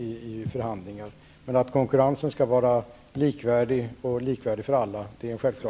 Men det är en självklarhet att konkurrensen skall vara likvärdig för alla.